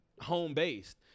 home-based